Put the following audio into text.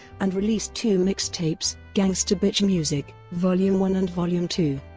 and released two mixtapes gangsta bitch music, vol. yeah and one and vol. um two.